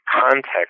context